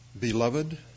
Beloved